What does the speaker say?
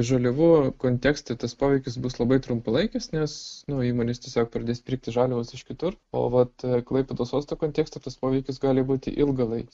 žaliavų kontekste tas poveikis bus labai trumpalaikis nes nu įmonės tiesiog pradės pirkti žaliavas iš kitur o vat klaipėdos uosto kontekste tas poveikis gali būti ilgalaikis